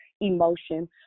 emotion